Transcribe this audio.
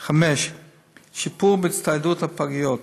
5. שיפור בהצטיידות הפגיות,